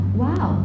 wow